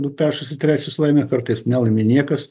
du pešasi trečias laimi kartais nelaimi niekas